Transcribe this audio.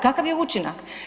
Kakav je učinak?